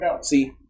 See